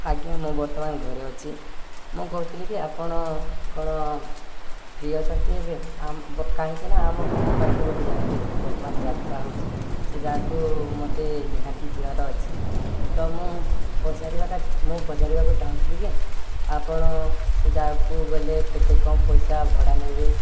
ଆଜ୍ଞା ମୁଁ ବର୍ତ୍ତମାନ ଘରେ ଅଛି ମୁଁ କହୁଥିଲି କି ଆପଣ କଣ ଫ୍ରି ଅଛନ୍ତି ଏବେ କାହିଁକି ନା ଆମ ଗାଁ ପାଖେ ଗୋଟେ ଜାଗାରେ ବର୍ତ୍ତମାନ ଯାତ୍ରା ହଉଛି ସେ ଯାଗାକୁ ମତେ ନିହାତି ଯିବାର ଅଛି ତ ମୁଁ ପଚାରିବା ମୁଁ ପଚାରିବାକୁ ଚାହୁଁଥିଲି କି ଆପଣ ସେ ଯାହାକୁ ଗଲେ କେତେ କଣ ପଇସା ଭଡ଼ା ନେବେ